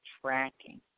tracking